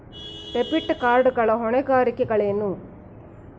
Debit card ಗಳ ಹೊಣೆಗಾರಿಕೆಗಳೇನು?